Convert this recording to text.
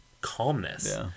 calmness